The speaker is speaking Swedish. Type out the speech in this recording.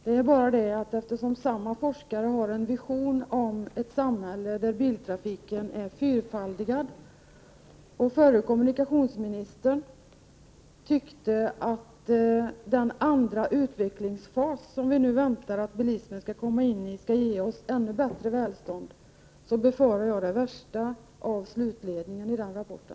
Det är bara det att eftersom samma forskare har en vision om ett samhälle där biltrafiken är fyrfaldigt större och eftersom förre kommunikationsministern tyckte att den andra utvecklingsfas som vi nu väntar att bilismen skall komma in i skall ge oss ännu bättre välstånd, befarar jag det värsta av slutledningen i den rapporten.